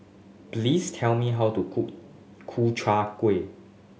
please tell me how to cook Ku Chai Kuih